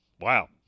Wow